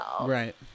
Right